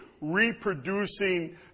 Reproducing